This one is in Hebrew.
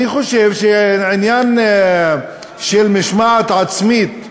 אני חושב שעניין של משמעת עצמית,